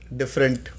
different